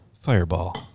Fireball